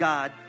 God